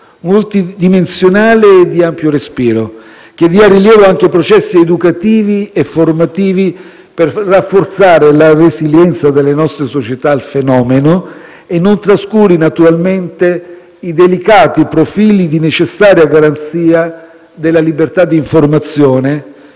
multidimensionale e di ampio respiro che dia rilievo anche ai processi educativi e formativi per rafforzare la resilienza delle nostre società al fenomeno e non trascuri naturalmente i delicati profili di necessaria garanzia della libertà di informazione,